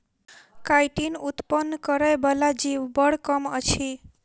chitin उत्पन्न करय बला जीव बड़ कम अछि